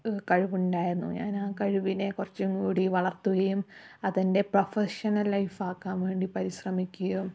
കഴിവുണ്ടായിരുന്നു ഞാനാ കഴിവിനെ കുറച്ചും കൂടി വളർത്തുകയും അതെൻ്റെ പ്രെഫഷണൽ ലൈഫാക്കാൻ വേണ്ടി പരിശ്രമിക്കുകയും